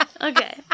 Okay